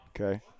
Okay